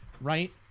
right